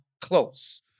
close